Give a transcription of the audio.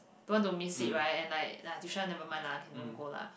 don't want to miss it right and then like tuition never mind lah can don't go lah